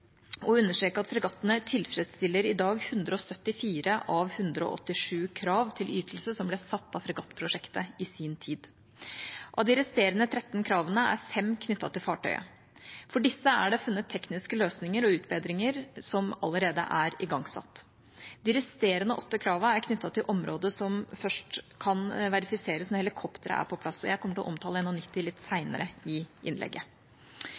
understreke at fregattene i dag tilfredsstiller 174 av 187 krav til ytelse som i sin tid ble satt av fregattprosjektet. Av de resterende 13 kravene er 5 knyttet til fartøyet. For disse er det funnet tekniske løsninger og utbedringer, som allerede er igangsatt. De resterende åtte kravene er knyttet til områder som først kan verifiseres når helikopteret er på plass. Jeg kommer til å omtale NH90 litt senere i innlegget.